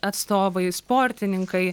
atstovai sportininkai